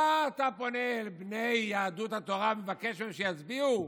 מה אתה פונה אל בני יהדות התורה ומבקש מהם שיצביעו?